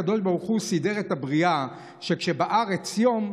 הקדוש ברוך הוא סידר את הבריאה שכשבארץ יום,